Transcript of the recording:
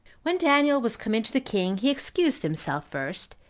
when daniel was come in to the king, he excused himself first,